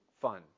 fun